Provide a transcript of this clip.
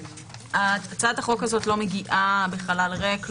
הצעת החוק הזו לא מגיעה בחלל ריק.